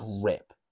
grip